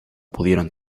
pudieron